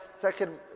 second